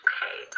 Okay